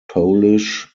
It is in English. polish